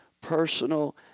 personal